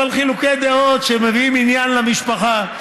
אבל חילוקי דעות שמביאים עניין למשפחה.